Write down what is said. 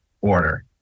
order